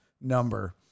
number